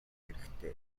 хэрэгтэй